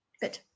Good